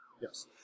Yes